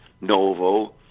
novo